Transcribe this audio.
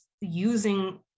using